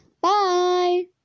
Bye